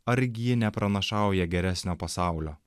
argi ji nepranašauja geresnio pasaulio